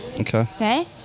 Okay